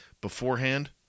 beforehand